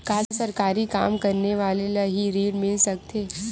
का सरकारी काम करने वाले ल हि ऋण मिल सकथे?